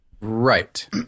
right